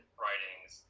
writings